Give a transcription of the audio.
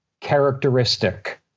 characteristic